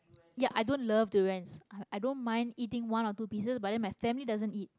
ya i don't love durians i i don't mind eating one or two pieces but then my family doesn't eat